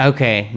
Okay